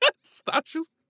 Statues